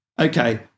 okay